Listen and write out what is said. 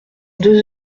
deux